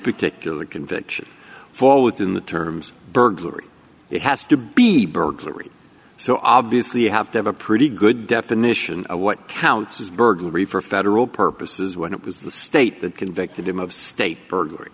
particular conviction fall within the terms burglary it has to be burglary so obviously you have to have a pretty good definition of what counts as burglary for federal purposes when it was the state that convicted him of state burglary